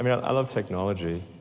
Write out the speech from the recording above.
um yeah love technology.